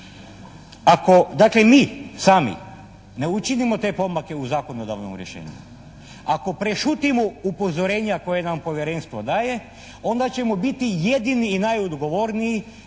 dakle mi sami ne učinimo te pomake u zakonodavnom rješenju, ako prešutimo upozorenja koje nam Povjerenstvo daje onda ćemo biti jedini i najodgovorniji